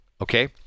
Okay